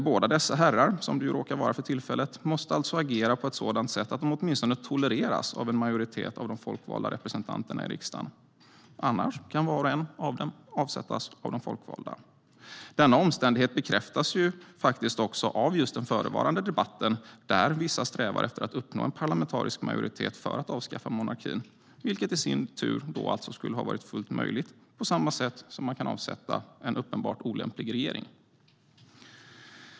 Båda dessa herrar, som det råkar vara för tillfället, måste alltså agera på ett sådant sätt att de åtminstone tolereras av en majoritet av de folkvalda representanterna i riksdagen. Annars kan var och en av dem avsättas av de folkvalda. Denna omständighet bekräftas faktiskt också av just den förevarande debatten, där vissa strävar efter att uppnå en parlamentarisk majoritet för att avskaffa monarkin, vilket i sin tur då skulle vara fullt möjligt på samma sätt som man kan avsätta en uppenbart olämplig regering.